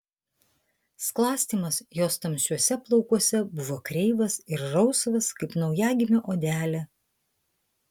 sklastymas jos tamsiuose plaukuose buvo kreivas ir rausvas kaip naujagimio odelė